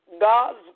God's